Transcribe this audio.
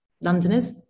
Londoners